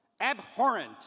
abhorrent